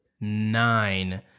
nine